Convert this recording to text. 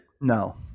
No